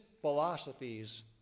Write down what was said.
philosophies